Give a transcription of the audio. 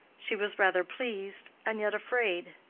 she was rather pleased, and yet afraid.